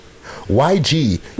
YG